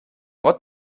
what